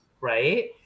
right